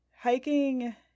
Hiking